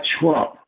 Trump